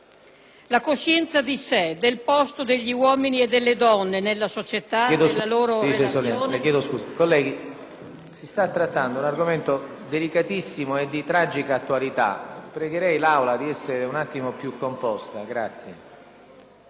La coscienza di sé, del posto degli uomini e delle donne nella società, delle loro relazioni,